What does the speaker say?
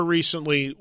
recently